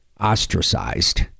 ostracized